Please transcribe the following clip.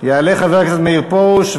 יעלה חבר הכנסת מאיר פרוש,